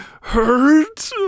Hurt